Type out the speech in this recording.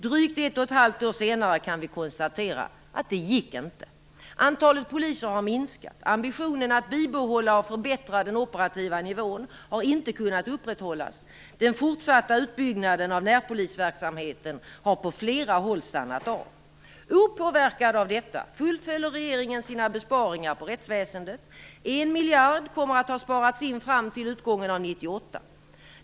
Drygt ett och ett halvt år senare kan vi konstatera att det inte gick. Antalet poliser har minskat. Ambitionen att bibehålla och förbättra den operativa nivån har inte kunnat upprätthållas. Den fortsatta utbyggnaden av närpolisverksamheten har på flera håll stannat av. Opåverkad av detta fullföljer regeringen sina besparingar på rättsväsendet. 1 miljard kommer att ha sparats in fram till utgången av 1998.